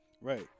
Right